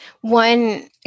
one